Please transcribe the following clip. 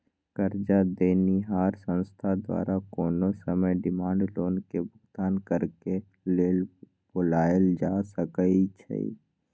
करजा देनिहार संस्था द्वारा कोनो समय डिमांड लोन के भुगतान करेक लेल बोलायल जा सकइ छइ